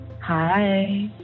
hi